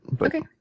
Okay